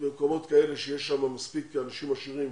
ובמקומות כאלה שיש שם מספיק אנשים עשירים